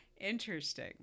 Interesting